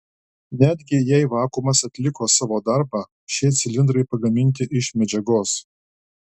netgi jei vakuumas atliko savo darbą šie cilindrai pagaminti iš medžiagos